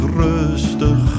rustig